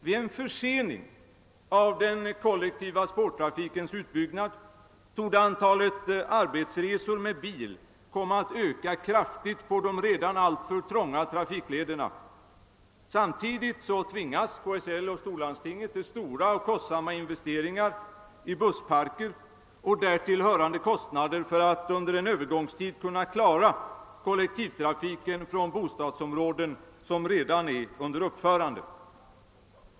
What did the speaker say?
Vid en försening av den kollektiva spårtrafikens utbyggnad torde antalet arbetsresor med bil komma att öka kraftigt på de redan alltför trånga trafiklederna. Samtidigt tvingas KSL och storlandstinget till stora och kostsamma investeringar i bussparker och därtill hörande kostnader för att under en övergångstid kunna klara kollektivtrafiken från bostadsområden som redan är under uppförande.